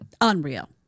Unreal